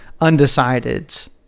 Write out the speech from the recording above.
undecideds